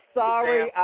sorry